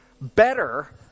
better